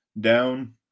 down